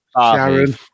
Sharon